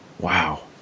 Wow